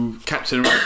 Captain